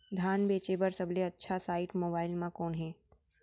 धान बेचे बर सबले अच्छा साइट मोबाइल म कोन हे?